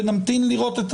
ונמתין לראות,